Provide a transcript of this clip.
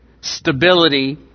stability